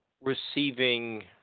receiving